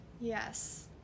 Yes